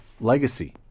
legacy